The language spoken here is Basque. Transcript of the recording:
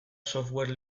software